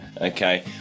Okay